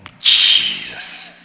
Jesus